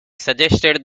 suggested